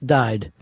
died